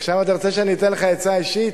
עכשיו אתה רוצה שאני אתן לך עצה אישית,